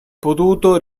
potuto